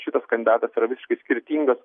šitas kandidatas yra visiškai skirtingas